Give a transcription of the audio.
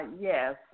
Yes